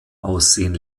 aussehen